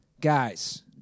Guys